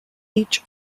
each